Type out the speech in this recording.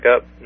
up